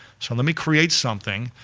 so let me create something,